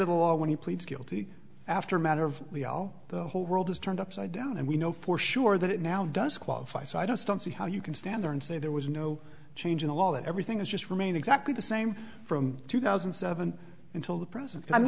of the law when he pleads guilty after matter of the whole world is turned upside down and we know for sure that it now does qualify so i just don't see how you can stand there and say there was no change in the law and everything is just remain exactly the same from two thousand and seven until the present